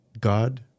God